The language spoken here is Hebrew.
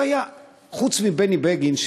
חוץ מבני בגין,